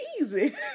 easy